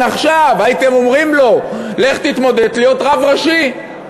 עכשיו הייתם אומרים לו: לך תתמודד להיות רב ראשי.